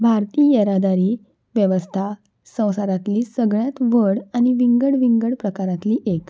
भारतीय येरादारी वेवस्था संवसारांतली सगळ्यांत व्हड आनी विंगड विंगड प्रकारांतली एक